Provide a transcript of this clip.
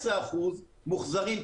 18% מהם מוחזרים.